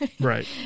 Right